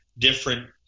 different